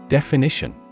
Definition